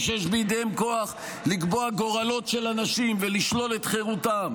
שיש בידיהם כוח לקבוע גורלות של אנשים ולשלול את חירותם,